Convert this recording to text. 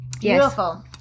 beautiful